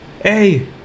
Hey